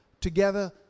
together